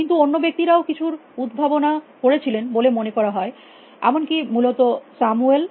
কিন্তু অন্য ব্যক্তিরাও কিছুর উদ্ভাবনা করেছিলেন বলে মনে করা হয় এমনকি মূলত স্যামুয়েল